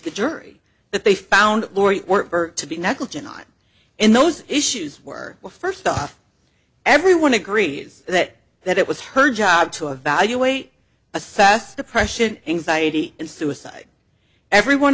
the jury that they found to be negligent on and those issues were well first off everyone agrees that that it was her job to evaluate assess the pressure and anxiety and suicide everyone